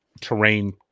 terrain